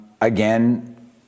again